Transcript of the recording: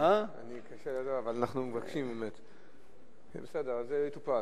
אנחנו מבקשים באמת, בסדר, זה מטופל.